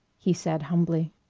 he said humbly.